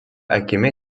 akimi